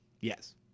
Yes